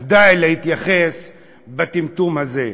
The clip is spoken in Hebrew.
אז די להתייחס בטמטום הזה.